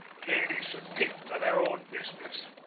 ladies should keep to their own business.